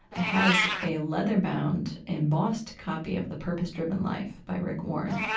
has a leather-bound embossed copy of the purpose driven life by rick warren,